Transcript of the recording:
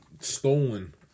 stolen